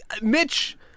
Mitch